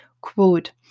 Quote